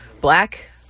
black